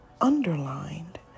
underlined